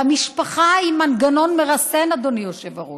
והמשפחה היא מנגנון מרסן, אדוני היושב-ראש.